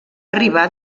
arribar